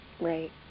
Right